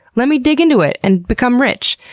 let me dig into it and become rich!